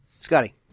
Scotty